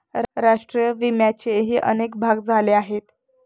राष्ट्रीय विम्याचेही अनेक भाग झाले आहेत